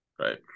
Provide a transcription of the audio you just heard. Right